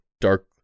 dark